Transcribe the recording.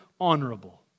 honorable